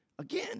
Again